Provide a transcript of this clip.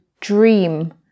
dream